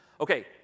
Okay